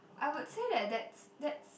I would say that that's that's